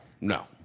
No